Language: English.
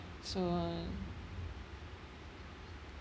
so